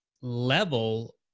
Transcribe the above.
level